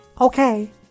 Okay